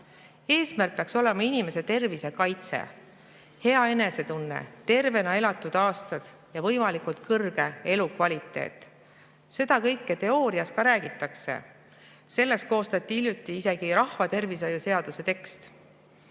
Eesmärk peaks olema inimese tervise kaitse, hea enesetunne, [võimalikult palju] tervena elatud aastaid ja võimalikult kõrge elukvaliteet. Seda kõike teoorias ka räägitakse. Selleks koostati hiljuti isegi rahvatervishoiu seaduse tekst.